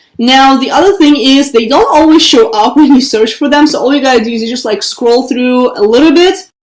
now the other thing is they don't always show up when you search for them. so all you gotta do is is just like scroll through a little bit.